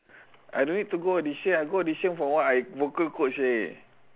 I don't need to go audition I go audition for what I vocal coach leh